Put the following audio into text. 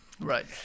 right